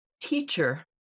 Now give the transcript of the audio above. teacher